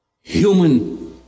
Human